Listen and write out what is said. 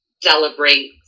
celebrate